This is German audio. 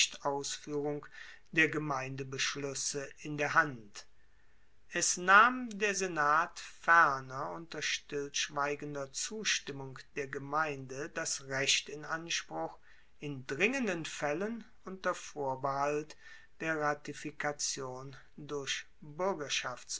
nichtausfuehrung der gemeindebeschluesse in der hand es nahm der senat ferner unter stillschweigender zustimmung der gemeinde das recht in anspruch in dringenden faellen unter vorbehalt der ratifikation durch